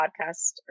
podcast